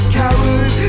coward